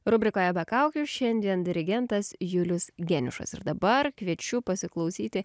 rubrikoje be kaukių šiandien dirigentas julius geniušas ir dabar kviečiu pasiklausyti